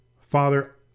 Father